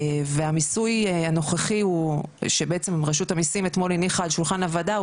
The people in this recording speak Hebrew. והמיסוי הנוכחי שרשות המיסים אתמול הניחה על שולחן הוועדה,